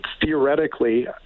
theoretically